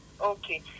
okay